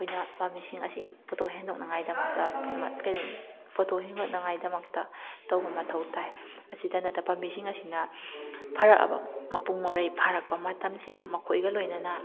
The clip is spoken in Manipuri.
ꯑꯩꯈꯣꯏꯅ ꯄꯥꯝꯕꯤꯁꯤꯡ ꯑꯁꯤ ꯄꯣꯠꯊꯣꯛ ꯍꯦꯟꯗꯣꯛꯅꯉꯥꯏꯒꯤꯗꯃꯛꯇ ꯀꯩꯅꯣ ꯄꯣꯠꯊꯣꯛ ꯍꯦꯟꯗꯣꯛꯅꯉꯥꯏꯒꯤꯗꯃꯛꯇ ꯇꯧꯕ ꯃꯊꯧ ꯇꯥꯏ ꯑꯁꯤꯗ ꯅꯠꯇꯅ ꯄꯥꯝꯕꯤꯁꯤꯡ ꯑꯁꯤꯅ ꯐꯔꯛꯑꯕ ꯃꯄꯨꯡ ꯃꯔꯩ ꯐꯥꯔꯛꯄ ꯃꯇꯝꯁꯤꯗ ꯃꯈꯣꯏꯒ ꯂꯣꯏꯅꯅ